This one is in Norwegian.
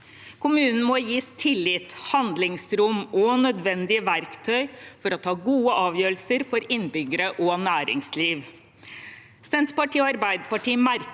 Kommunene må gis tillit, handlingsrom og nødvendige verktøy for å ta gode avgjørelser for innbyggere og næringsliv. Senterpartiet og Arbeiderpartiet merker